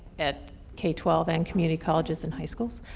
at k twelve and community colleges and high schools.